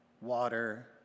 water